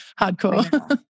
hardcore